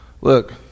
look